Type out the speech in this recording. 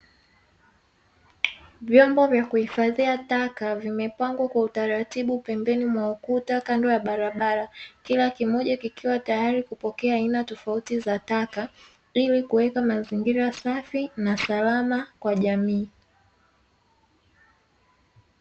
Vyombo vya kuhifadhia taka vimepangwa kwa utaratibu pembeni mwa ukuta kando ya barabara, kila kimoja kikiwa tayari kupokea aina tofauti za taka, ili kuweka mazingira safi na salama kwa jamii.